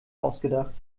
ausgedacht